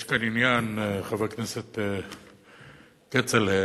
חבר הכנסת כצל'ה,